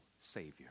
Savior